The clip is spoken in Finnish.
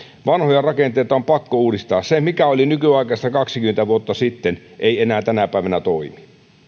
vanhoja rakenteita on pakko uudistaa se mikä oli nykyaikaista kaksikymmentä vuotta sitten ei enää tänä päivänä toimi